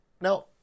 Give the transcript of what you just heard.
Now